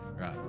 Right